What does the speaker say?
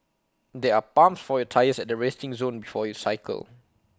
there are pumps for your tyres at the resting zone before you cycle